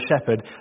shepherd